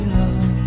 love